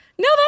No